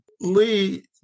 Lee